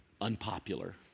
unpopular